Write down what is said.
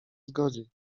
zgodzi